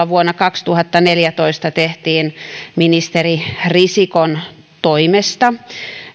vuonna kaksituhattaneljätoista tehtiin ministeri risikon toimesta